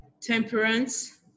temperance